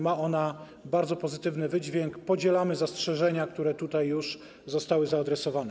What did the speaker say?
Ma ona bardzo pozytywny wydźwięk, podzielamy zastrzeżenia, które tutaj już zostały przedstawione.